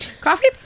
Coffee